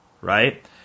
right